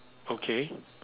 okay